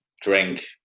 Drink